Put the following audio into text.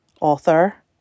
author